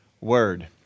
word